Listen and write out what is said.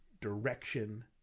direction